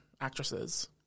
actresses